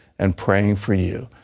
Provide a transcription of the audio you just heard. and praying for you.